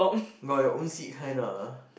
got your own seat kind ah